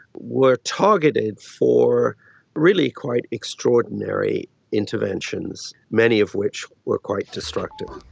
were targeted for really quite extraordinary interventions, many of which were quite destructive.